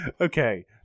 Okay